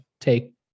take